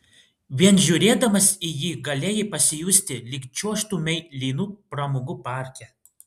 vien žiūrėdamas į jį galėjai pasijusti lyg čiuožtumei lynu pramogų parke